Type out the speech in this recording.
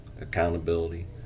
accountability